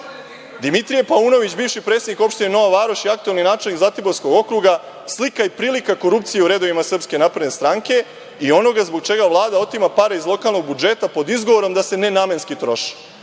Dimitrije Paunović, bivši predsednik opštine Nova Varoš i aktuelni načelnik Zlatiborskog okruga, slika i prilika korupcije u redovima SNS i onoga zbog čega Vlada otima pare iz lokalnog budžeta, pod izgovorom da se nenamenski troše.